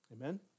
Amen